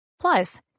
Plus